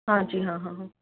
हाँ जी हाँ हाँ हाँ